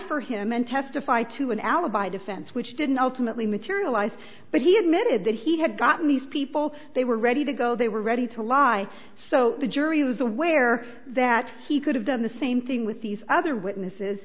for him and testify to an alibi defense which didn't ultimately materialize but he admitted that he had gotten these people they were ready to go they were ready to lie so the jury was aware that he could have done the same thing with these other witnesses